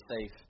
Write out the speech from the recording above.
safe